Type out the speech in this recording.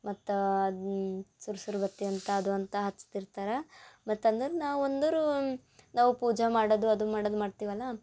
ಮತ್ತು ಅದನ್ನ ಸುರ್ಸುರ್ ಬತ್ತಿ ಅಂತ ಅದು ಅಂತ ಹಚ್ತಿರ್ತಾರ ಮತ್ತು ಅಂದರ್ ನಾವು ಅಂದುರು ನಾವು ಪೂಜ ಮಾಡದು ಅದು ಮಾಡದು ಮಾಡ್ತೀವಲ್ಲ